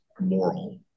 moral